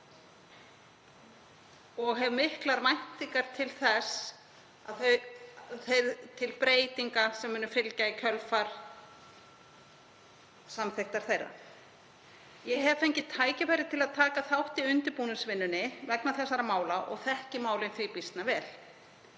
og hef miklar væntingar til breytinga sem munu fylgja í kjölfar samþykktar þeirra. Ég hef fengið tækifæri til að taka þátt í undirbúningsvinnu vegna þessara mála og þekki málin því býsna vel.